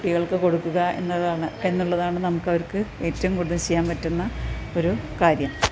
കുട്ടികൾക്ക് കൊടുക്കുക എന്നതാണ് എന്നുള്ളതാണ് നമുക്ക് അവർക്ക് ഏറ്റവും കൂടുതൽ ചെയ്യാൻ പറ്റുന്ന ഒരു കാര്യം